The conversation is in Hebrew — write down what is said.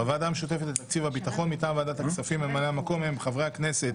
בוועדת הכלכלה ממלאי המקום הקבועים הם חברי הכנסת: